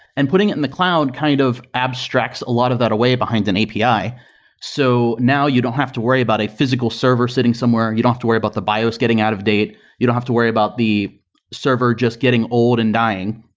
and putting it in the cloud kind of abstracts a lot of that away behind an api. so now you don't have to worry about a physical server sitting somewhere and you don't have to worry about the bios getting out of date. you don't have to worry about the server just getting old and dying.